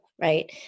right